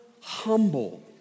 humble